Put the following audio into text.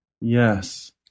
Yes